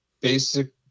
basic